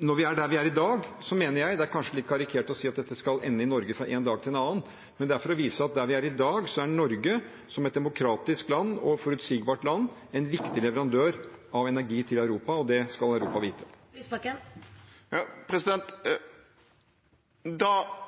Det er kanskje litt karikert å si at dette skal ende i Norge fra en dag til en annen, men det er for å vise at der vi er i dag, er Norge – som et demokratisk og forutsigbart land – en viktig leverandør av energi til Europa, og det skal Europa vite. Audun Lysbakken – til oppfølgingsspørsmål. Da